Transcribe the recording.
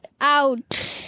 out